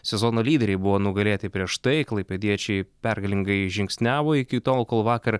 sezono lyderiai buvo nugalėti prieš tai klaipėdiečiai pergalingai žingsniavo iki tol kol vakar